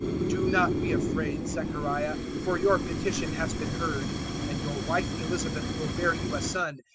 do not be afraid, zechariah, for your petition has been heard and your wife elizabeth will bear you a son,